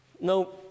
No